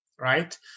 right